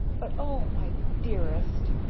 but, o my dearest!